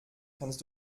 kannst